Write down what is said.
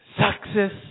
success